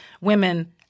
women